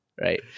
Right